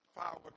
power